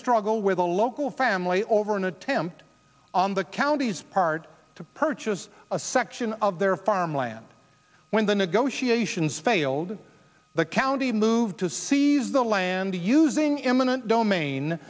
struggle with a local family over an attempt on the county's part to purchase a section of their farm land when the negotiations failed the county moved to seize the land to using eminent domain